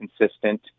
consistent